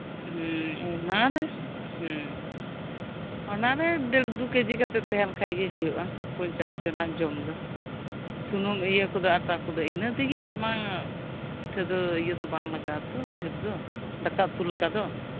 ᱦᱮᱸ ᱚᱱᱟᱨᱮ ᱦᱮᱸ ᱚᱱᱟᱨᱮ ᱫᱮᱲ ᱫᱩ ᱠᱮᱡᱤ ᱠᱟᱛᱮᱜ ᱛᱟᱦᱮᱸᱱ ᱠᱷᱟᱡ ᱜᱮ ᱦᱩᱭᱩᱜᱼᱟ ᱯᱚᱧᱪᱟᱥ ᱡᱚᱱᱟᱜ ᱡᱚᱢ ᱫᱚ ᱥᱩᱱᱩᱢ ᱤᱭᱟᱹ ᱠᱚᱫᱚ ᱟᱴᱟ ᱠᱚᱫᱚ ᱤᱱᱟᱹ ᱛᱮᱜᱮ ᱟᱭᱢᱟ ᱯᱤᱴᱷᱟᱹ ᱫᱚ ᱤᱭᱟᱹ ᱫᱚ ᱵᱟᱝ ᱞᱟᱜᱟᱜᱼᱟ ᱛᱚ ᱰᱷᱤᱨ ᱫᱚ ᱫᱟᱠᱟ ᱩᱛᱩ ᱞᱮᱠᱟ ᱫᱚ